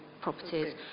properties